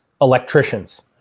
electricians